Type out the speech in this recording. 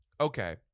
okay